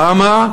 למה?